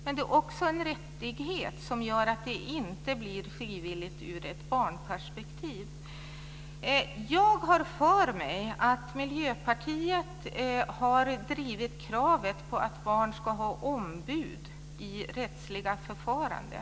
Men det är också en rättighet som gör att det inte blir frivilligt ur ett barnperspektiv. Jag har för mig att Miljöpartiet har drivit kravet på att barn ska ha ombud i rättsliga förfaranden.